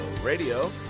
Radio